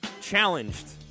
challenged